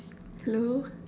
hello